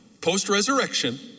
post-resurrection